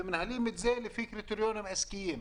ומנהלים את זה לפי קריטריונים עסקיים.